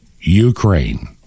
Ukraine